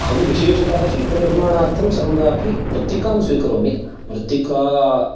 अहं विशेषतः शिल्पनिर्माणार्थं सर्वदापि मृत्तिकां स्वीकरोमि मृत्तिका